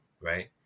right